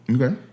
Okay